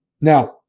Now